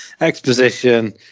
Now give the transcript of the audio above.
exposition